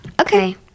Okay